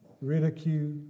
ridicule